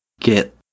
get